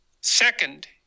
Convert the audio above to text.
Second